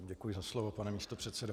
Děkuji za slovo pane místopředsedo.